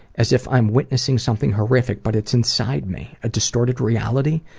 as if i'm witnessing something horrific but it's inside me. a distorted reality?